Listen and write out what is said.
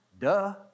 Duh